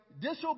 disobey